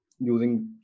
using